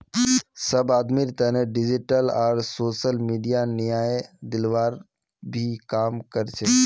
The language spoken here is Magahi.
सब आदमीर तने डिजिटल आर सोसल मीडिया न्याय दिलवार भी काम कर छे